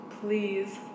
Please